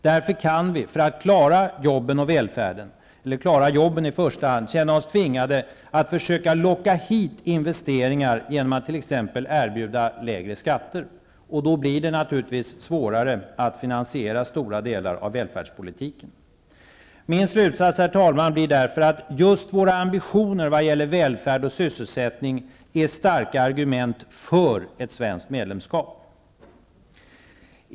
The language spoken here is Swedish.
Därför kan vi, för att i första hand klara jobben, känna oss tvingade att försöka locka hit investeringar genom att t.ex. erbjuda lägre skatter. Då blir det naturligtvis svårare att finansiera stora delar av välfärdspolitiken. Min slutsats, herr talman, blir därför att just våra ambitioner vad gäller välfärd och sysselsättnig är starka argument för ett svenskt medlemskap.